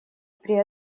при